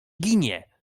ginie